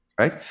right